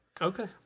okay